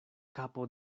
kapo